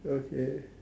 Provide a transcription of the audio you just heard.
okay